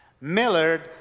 Millard